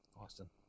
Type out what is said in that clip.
Austin